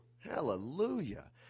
hallelujah